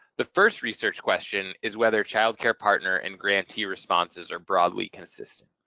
the first research question is whether child care partner and grantee responses are broadly consistent?